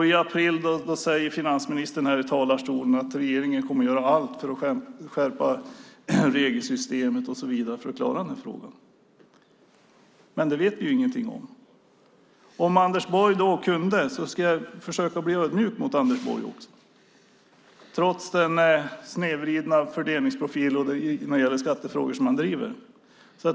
I april sade finansministern här i talarstolen att regeringen kommer att göra allt för att skärpa regelsystemet och så vidare för att klara den här frågan, men det vet vi ingenting om. Jag ska försöka vara ödmjuk mot Anders Borg, trots den snedvridna fördelningsprofil när det gäller skattefrågor som han driver.